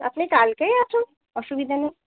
আপনি কালকেই আসুন অসুবিধা নেই